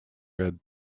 read